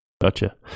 Gotcha